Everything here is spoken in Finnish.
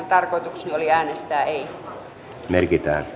tarkoitukseni oli äänestää ei merkitään